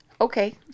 Okay